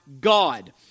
God